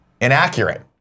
inaccurate